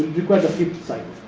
require the fifth cycle.